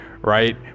right